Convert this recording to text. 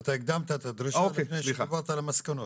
אתה הקדמת את הדרישה לפני שדיברת על המסקנות.